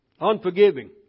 Unforgiving